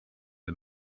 the